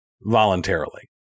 voluntarily